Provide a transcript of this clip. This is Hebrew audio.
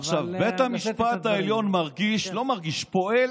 עכשיו, בית המשפט העליון מרגיש, לא מרגיש, פועל